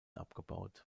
abgebaut